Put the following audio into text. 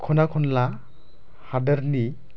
ख'ना खनला हादोरनि